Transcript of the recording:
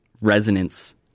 resonance